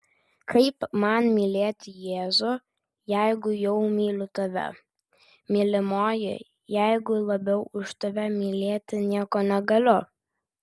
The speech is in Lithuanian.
kaip man mylėti jėzų jeigu jau myliu tave mylimoji jeigu labiau už tave mylėti nieko negaliu